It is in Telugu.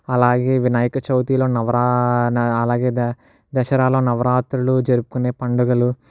అలాగే వినాయక చవితిలో నవరా అలాగే దసరాలో నవరాత్రులు జరుపుకునే పండుగలు